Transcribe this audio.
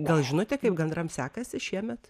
gal žinote kaip gandram sekasi šiemet